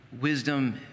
wisdom